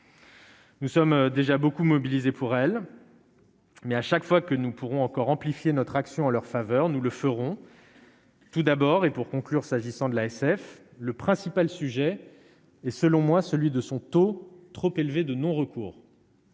Nous sommes déjà beaucoup mobilisé pour elle, mais à chaque fois que nous pourrons encore amplifier notre action en leur faveur, nous le ferons. Tout d'abord, et pour conclure, s'agissant de l'ASF, le principal sujet et selon moi, celui de son taux trop élevé de non-recours.